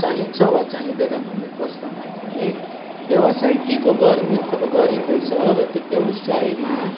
चाहिन्छ वा चाहिँदैन भन्ने प्रश्नमा चाँहि व्यवसाय केको गर्ने अथवा गरिँदैछ र त्यो व्यवसायमा